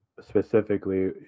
specifically